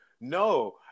no